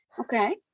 Okay